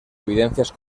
evidencias